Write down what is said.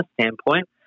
standpoint